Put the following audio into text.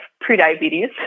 pre-diabetes